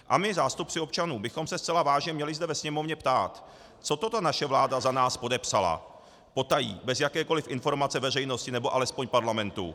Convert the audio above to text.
A my, zástupci občanů, bychom se zcela vážně měli zde ve Sněmovně ptát, co to ta naše vláda za nás podepsala, potají, bez jakékoliv informace veřejnosti, nebo alespoň Parlamentu.